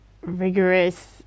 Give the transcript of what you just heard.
rigorous